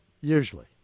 Usually